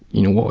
you know